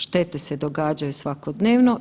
Štete se događaju svakodnevno.